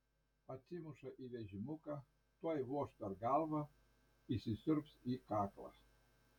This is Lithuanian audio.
atsimuša į vežimuką tuoj voš per galvą įsisiurbs į kaklą